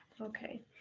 okay